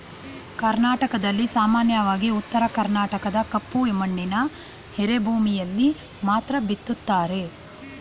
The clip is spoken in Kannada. ಕರ್ನಾಟಕದಲ್ಲಿ ಸಾಮಾನ್ಯವಾಗಿ ಉತ್ತರ ಕರ್ಣಾಟಕದ ಕಪ್ಪು ಮಣ್ಣಿನ ಎರೆಭೂಮಿಯಲ್ಲಿ ಮಾತ್ರ ಬಿತ್ತುತ್ತಾರೆ